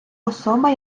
особа